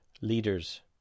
leaders